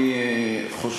אגב,